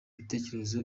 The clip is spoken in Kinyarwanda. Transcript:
imitekerereze